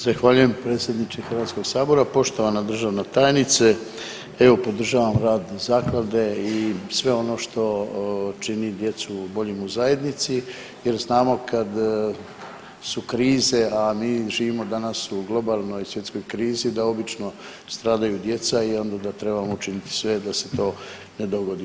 Zahvaljujem predsjedniče HS-a, poštovana državna tajnice, evo, podržavam rad Zaklade i sve ono što čini djecu boljim u zajednici jer znamo kad su krize, a mi živimo danas u globalnoj svjetskoj krizi da obično stradaju djeca i onda da trebamo učiniti sve da se to ne dogodi.